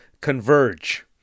converge